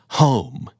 home